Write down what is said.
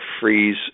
freeze